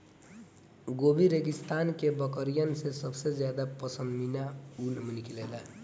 Gobi रेगिस्तान के बकरिन से सबसे ज्यादा पश्मीना ऊन निकलेला